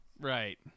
Right